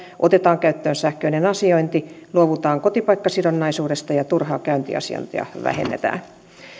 otetaan käyttöön sähköinen asiointi luovutaan kotipaikkasidonnaisuudesta ja vähennetään turhaa käyntiasiointia